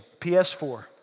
PS4